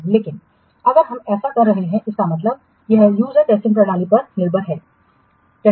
लेकिन अगर हम ऐसा कर रहे हैं इसका मतलब है यह यूजर टेस्टिंग प्रणाली पर निर्भर है परिक्षण